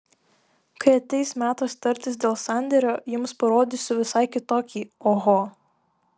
kai ateis metas tartis dėl sandėrio jums parodysiu visai kitokį oho